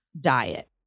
diet